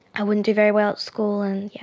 i wouldn't do very well at school. and yeah